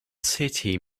city